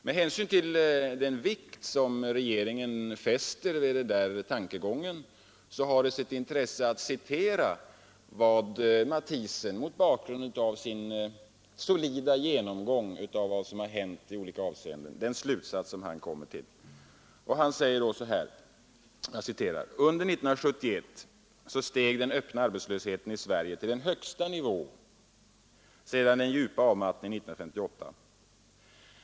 Med hänsyn till den vikt som regeringen fäster vid den tankegången har det sitt intresse att citera den slutsats som Matthiessen kommer till efter sin solida genomgång av vad som har hänt. Han säger: ”Under 1971 steg den öppna arbetslösheten i Sverige till den högsta nivån sedan den djupa avmattningen 1958.